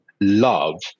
love